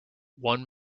one